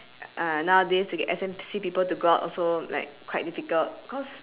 uh nowadays you get S_M_C to go out also like quite difficult cause